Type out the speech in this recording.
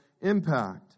impact